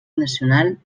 nacional